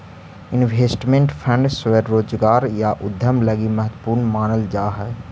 investment fund स्वरोजगार या उद्यम लगी महत्वपूर्ण मानल जा हई